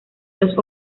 los